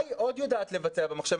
מה היא עוד יודעת לבצע במחשב?